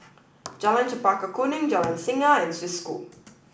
Jalan Chempaka Kuning Jalan Singa and Swiss School